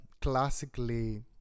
classically